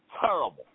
terrible